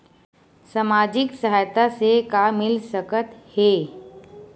सामाजिक सहायता से का मिल सकत हे?